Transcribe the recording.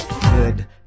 good